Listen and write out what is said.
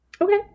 Okay